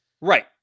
Right